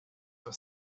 have